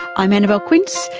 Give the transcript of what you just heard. i'm annabelle quince,